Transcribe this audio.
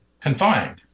confined